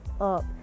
up